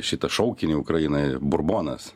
šitą šaukinį ukrainai burbonas